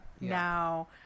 now